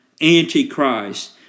Antichrist